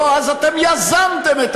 לא, אז אתם יזמתם את